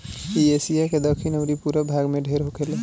इ एशिया के दखिन अउरी पूरब भाग में ढेर होखेला